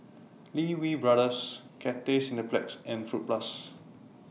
Lee Wee Brothers Cathay Cineplex and Fruit Plus